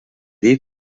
dir